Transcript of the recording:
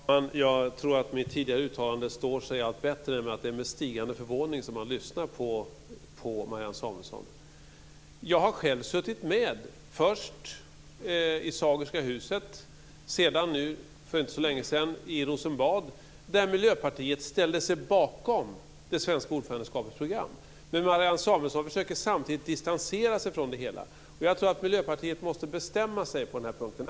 Fru talman! Jag tror att mitt tidigare uttalande står sig allt bättre om att det är med stigande förvåning som man lyssnar på Marianne Samuelsson. Jag har själv suttit med, först i Sagerska huset, sedan i Rosenbad för inte så länge sedan, där Miljöpartiet ställde sig bakom det svenska ordförandeskapets program. Men Marianne Samuelsson försöker samtidigt distansera sig från det hela. Jag tror att Miljöpartiet måste bestämma sig på den här punkten.